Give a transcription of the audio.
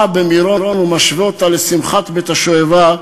במירון ומשווה אותה לשמחת בית-השואבה,